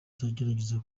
ategereje